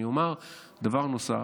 אני אומר דבר נוסף,